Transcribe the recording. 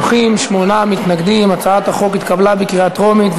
קביעת פקודות בעניין המלצה על מחיקת רישום